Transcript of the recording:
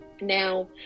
Now